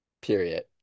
period